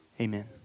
Amen